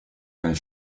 nel